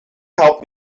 help